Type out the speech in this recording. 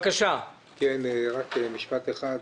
רק משפט אחד.